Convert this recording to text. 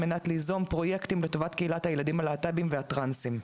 על מנת ליזום פרויקטים לטובת קהילת הילדים הלהט"בים והטרנסים.